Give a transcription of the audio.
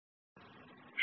সুতরাং এটি 1 এই 2